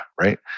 right